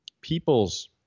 people's